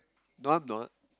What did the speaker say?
no I'm not